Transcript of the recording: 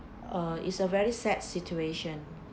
uh is a very sad situation